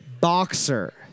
Boxer